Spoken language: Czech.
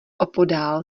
opodál